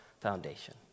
foundation